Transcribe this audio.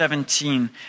Seventeen